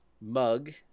mug